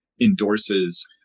endorses